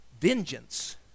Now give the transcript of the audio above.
vengeance